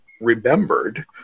remembered